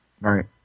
right